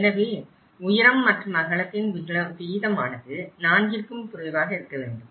எனவே உயரம் மற்றும் அகலத்தின் விகிதமானது நான்கிற்கும் குறைவாக இருக்க வேண்டும்